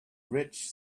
rich